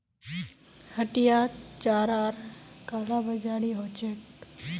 हटियात चारार कालाबाजारी ह छेक